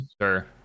Sure